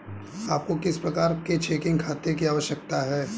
आपको किस प्रकार के चेकिंग खाते की आवश्यकता है?